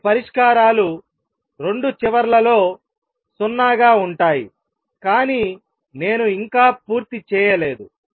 ఇవి పరిష్కారాలు 2 చివర్లలో 0 గా ఉంటాయి కానీ నేను ఇంకా పూర్తి చేయలేదు